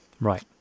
Right